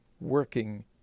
working